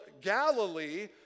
Galilee